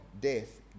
death